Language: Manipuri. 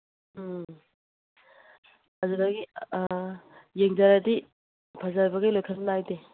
ꯎꯝ ꯑꯗꯨꯗꯒꯤ ꯑ ꯌꯦꯡꯊꯔꯗꯤ ꯐꯖꯕꯒꯤ ꯂꯣꯏꯈꯝ ꯅꯥꯏꯗꯦ